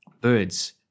birds